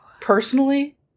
Personally